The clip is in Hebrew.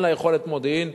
אין לה יכולת מודיעין.